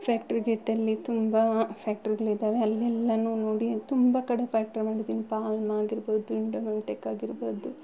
factory ಗೇಟಲ್ಲಿ ತುಂಬ ಫ್ಯಾಕ್ಟ್ರಿಗಳಿದಾವೆ ಅಲ್ಲಿ ಎಲ್ಲ ನೋಡಿ ತುಂಬ ಕಡೆ ಪ್ಯಾಕ್ಟ್ರಿ ಮಾಡಿದ್ದಿನಿ ಪಾಲ್ಮ ಆಗಿರ್ಬೋದು ಇಂಡೊಮೆಂಟೆಕ್ ಆಗಿರ್ಬೊದು